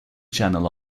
channel